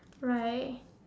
right